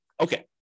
Okay